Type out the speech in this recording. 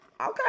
Okay